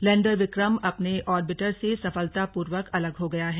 lander Vikram अपने orbiter से सफलतापूर्वक अलग हो गया है